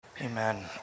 Amen